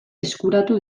eskuratu